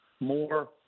more